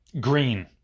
green